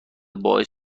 باعث